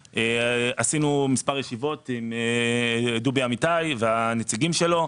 עשינו מספר ישיבות עם דובי אמיתי והנציגים שלו.